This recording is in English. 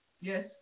yes